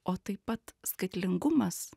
o taip pat skaitlingumas